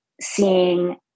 seeing